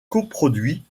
coproduit